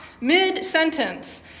mid-sentence